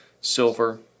silver